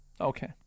Okay